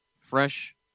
Fresh